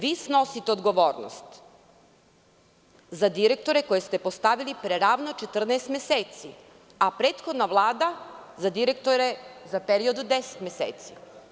Vi snosite odgovornost za direktore koje ste postavili pre ravno 14 meseci, a prethodna Vlada direktore za period od 10 meseci.